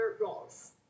roles